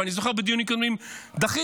ואני זוכר שבדיונים קודמים גם דחיתי,